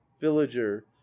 villager